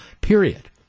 period